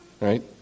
Right